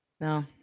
No